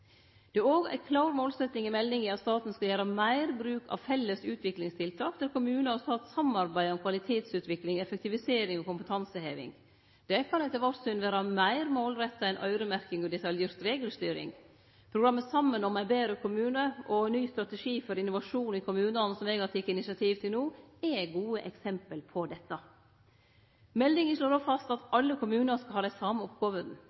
Det er òg ei klår målsetjing i meldinga at staten skal gjere meir bruk av felles utviklingstiltak, der kommunar og stat samarbeider om kvalitetsutvikling, effektivisering og kompetanseheving. Det kan etter vårt syn vere meir målretta enn øyremerking og detaljert regelstyring. Programmet Saman om ein betre kommune, og ny strategi for innovasjon i kommunane, som eg har teke initiativ til no, er gode eksempel på dette. Meldinga slår òg fast at alle kommunar skal ha dei same